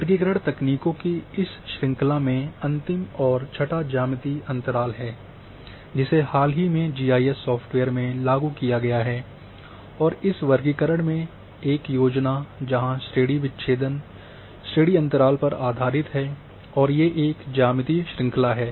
वर्गीकरण तकनीकों की इस श्रृंखला में अंतिम और छठा ज्यामितीय अंतराल है जिसे हाल ही में जी आई एस सॉफ्टवेयर में लागू किया गया है और इस वर्गीकरण में एक योजना जहां श्रेणी विच्छेदन श्रेणी अंतराल पर आधारित है और ये एक ज्यामितीय श्रृंखला है